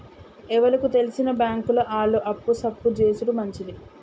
ఎవలకు తెల్సిన బాంకుల ఆళ్లు అప్పు సప్పు జేసుడు మంచిది